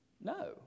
No